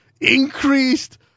increased